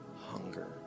hunger